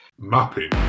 Mapping